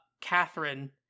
Catherine